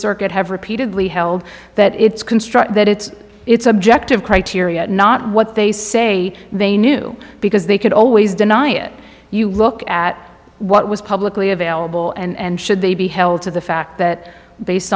circuit have repeatedly held that it's construct that it's it's objective criteria not what they say they knew because they could always deny it you look at what was publicly available and should they be held to the fact that based